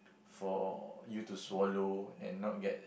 for you to swallow and not get